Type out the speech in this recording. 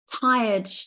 tired